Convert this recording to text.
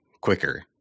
quicker